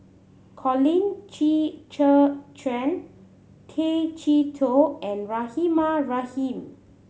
Colin Qi Zhe Quan Tay Chee Toh and Rahimah Rahim